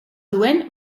duen